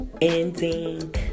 ending